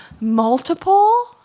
multiple